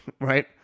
right